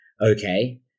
okay